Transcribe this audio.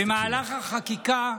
במהלך החקיקה,